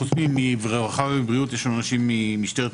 חוץ מרווחה ובריאות יש אנשים ממשטרת ישראל.